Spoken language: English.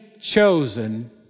chosen